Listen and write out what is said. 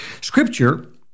Scripture